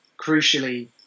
crucially